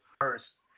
first